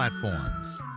platforms